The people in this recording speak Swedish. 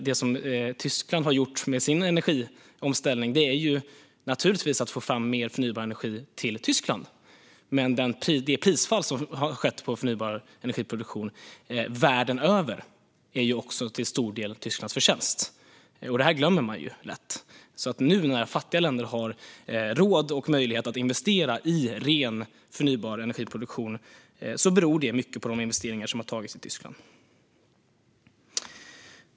Det som Tyskland har gjort med sin energiomställning är naturligtvis att få fram mer förnybar energi till Tyskland, men det prisfall som har skett på förnybar energiproduktion världen över är till stor del Tysklands förtjänst. Detta glömmer man lätt. När nu fattiga länder har råd och möjlighet att investera i ren, förnybar energiproduktion beror det mycket på de investeringar som har gjorts i Tyskland.